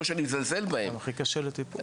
והכי קשה לטיפול.